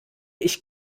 ich